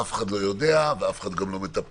אף אחד לא יודע ואף אחד גם לא מטפל.